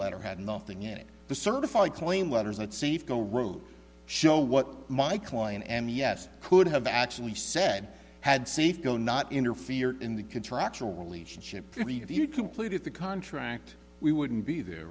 letter had nothing in it the certified claim letters at safeco road show what my client and yes could have actually said had safeco not interfere in the contractual relationship if you completed the contract we wouldn't be there